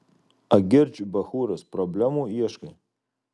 agirdž bachūras problemų ieškai